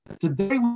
Today